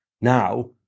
now